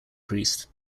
priest